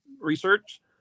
research